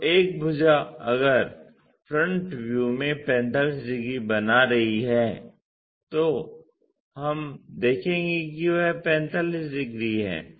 तो एक भुजा अगर फ्रंट व्यू में 45 डिग्री बना रही है तो हम देखेंगे कि वह 45 डिग्री है